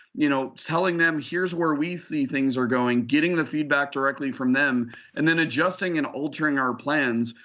you know telling them here's where we see things are going. getting the feedback directly from them and then adjusting and altering our plans.